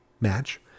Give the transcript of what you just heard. match